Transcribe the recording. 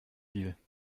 deal